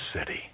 city